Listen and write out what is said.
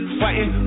fighting